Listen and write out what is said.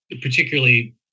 particularly